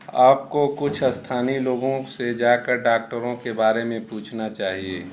आपको कुछ अस्थानीय लोगों से जाकर डॉक्टरों के बारे में पूछना चाहिए